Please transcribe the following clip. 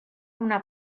una